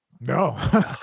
No